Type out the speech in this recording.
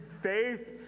faith